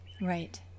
Right